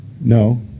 No